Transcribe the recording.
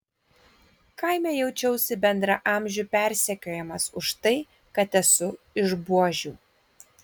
kaime jaučiausi bendraamžių persekiojamas už tai kad esu iš buožių